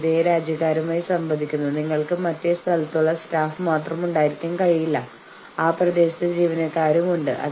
പക്ഷേ ഞാൻ അനുമാനിക്കുന്നത് ഇന്ത്യക്കകത്തെ വലിയൊരു വിഭാഗം ശ്രോതാക്കൾ ഞാൻ പറയുന്നത് മനസ്സിലാക്കുമെന്നാണ്